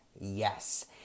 yes